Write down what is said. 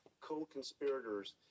co-conspirators